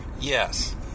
Yes